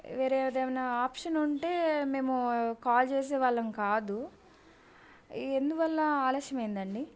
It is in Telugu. వేరే ఏదైనా ఆప్షన్ ఉంటే మేము కాల్ చేసే వాళ్ళం కాదు ఎందువల్ల ఆలస్యం అయ్యిందండి